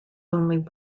only